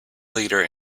leader